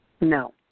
No